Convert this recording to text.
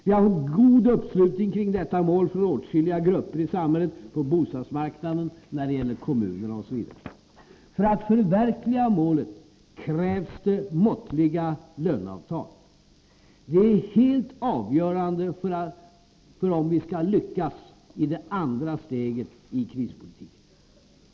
Vi har fått god uppslutning kring detta mål från åtskilliga grupper i samhället — på bostadsmarknaden, när det gäller kommunerna osv. För att förverkliga målet krävs måttliga löneavtal. Det är helt avgörande för om vi skall lyckas i det andra steget i krispolitiken.